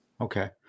Okay